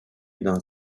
dans